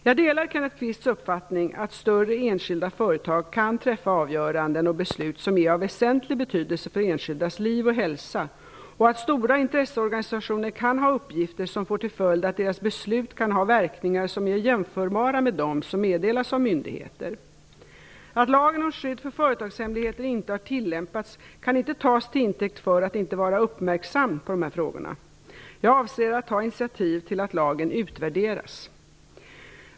Jag delar Kenneth Kvists uppfattning att större enskilda företag kan träffa avgöranden och beslut som är av väsentlig betydelse för enskildas liv och hälsa och att stora intresseorganisationer kan ha uppgifter som får till följd att deras beslut kan ha verkningar som är jämförbara med dem som meddelas av myndigheter. Att lagen om skydd för företagshemligheter inte har tillämpats kan inte tas till intäkt för att inte vara uppmärksam på dessa frågor. Jag avser att ta initiativ till att lagen utvärderas.